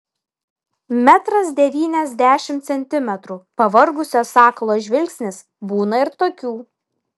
metras devyniasdešimt centimetrų pavargusio sakalo žvilgsnis būna ir tokių